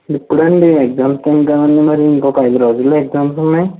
ఇప్పుడండి exams time కదండీ మరి ఇంకొక ఐదు రోజుల్లో ఎగ్జామ్స్ ఉన్నాయి